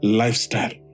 lifestyle